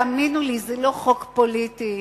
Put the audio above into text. תאמינו לי, זה לא חוק פוליטי,